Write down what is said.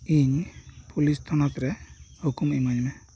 ᱤᱧ ᱯᱩᱞᱤᱥ ᱛᱷᱚᱱᱚᱛ ᱨᱮ ᱦᱩᱠᱩᱢ ᱤᱢᱟ ᱧ ᱢᱮ